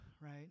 right